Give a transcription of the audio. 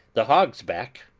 the hog's back,